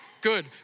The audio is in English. Good